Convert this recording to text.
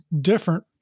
different